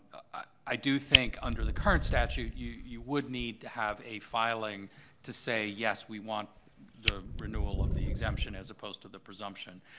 i do think under the current statute, you you would need to have a filing to say, yes, we want the renewal of the exemption as opposed to the presumption.